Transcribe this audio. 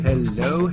Hello